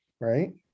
right